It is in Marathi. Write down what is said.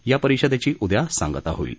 या परिषदेची उद्या सांगता होईल